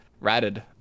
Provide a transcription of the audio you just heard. ratted